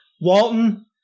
Walton